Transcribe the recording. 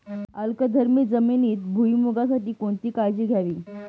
अल्कधर्मी जमिनीत भुईमूगासाठी कोणती काळजी घ्यावी?